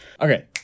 Okay